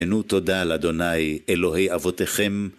תנו תודה לה' אבותיכם